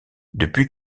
depuis